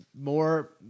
more